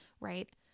right